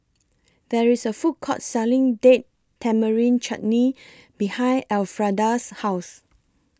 There IS A Food Court Selling Date Tamarind Chutney behind Alfreda's House